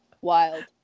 Wild